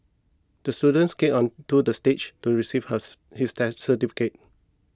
the student skated onto the stage to receive hers his that certificate